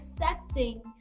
accepting